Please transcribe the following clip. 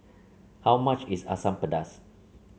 how much is Asam Pedas